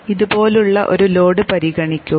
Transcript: ഇതുപോലുള്ള ഒരു ലോഡ് പരിഗണിക്കുക